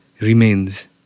remains